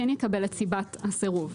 הוא כן יקבל את סיבת הסירוב.